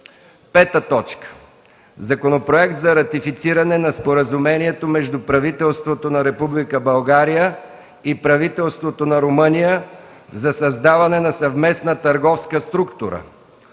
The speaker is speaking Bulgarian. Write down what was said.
утре. „5. Законопроект за ратифициране на Споразумението между правителството на Република България и правителството на Румъния за създаване на съвместна търговска структура